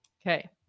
Okay